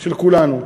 של כולנו.